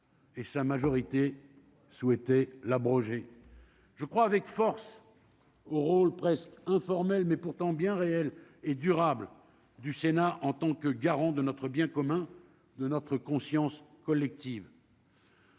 Et sa majorité l'abroger je crois avec force au rôle presque informel mais pourtant bien réelle et durable du Sénat en tant que garant de notre bien commun de notre conscience collective.